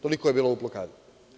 Toliko je bila u blokadi.